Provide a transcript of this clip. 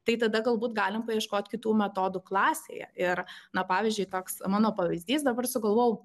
tai tada galbūt galime paieškoti kitų metodų klasėje ir na pavyzdžiui toks mano pavyzdys dabar sugalvojau